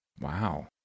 Wow